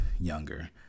younger